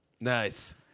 Nice